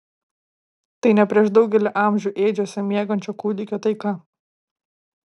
tai ne prieš daugelį amžių ėdžiose miegančio kūdikio taika